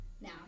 now